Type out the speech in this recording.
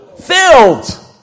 filled